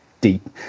deep